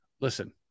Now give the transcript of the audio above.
Listen